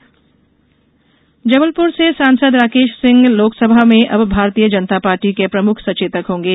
भाजपा सचेतक जबलपुर से सांसद राकेश सिंह लोकसभा में अब भारतीय जनता पार्टी के मुख्य सचेतक होंगे